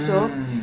mm